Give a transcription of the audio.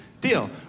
deal